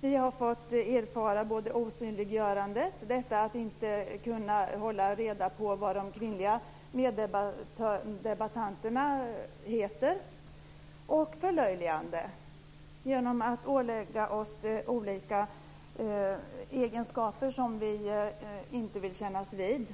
Vi har fått erfara både osynliggörande - att inte kunna hålla reda på vad de kvinnliga meddebattörerna heter - och förlöjligande genom att vi åläggs olika egenskaper som vi inte vill kännas vid,